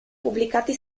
pubblicati